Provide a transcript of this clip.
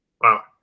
Wow